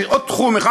עוד תחום אחד,